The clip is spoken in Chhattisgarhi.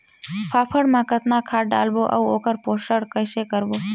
फाफण मा कतना खाद लगाबो अउ ओकर पोषण कइसे करबो?